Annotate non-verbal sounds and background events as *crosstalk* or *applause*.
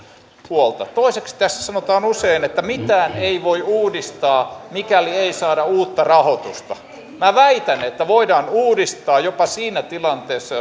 huolta toiseksi sanotaan usein että mitään ei voi uudistaa mikäli ei saada uutta rahoitusta minä väitän että voidaan uudistaa jopa siinä tilanteessa *unintelligible*